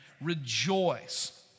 rejoice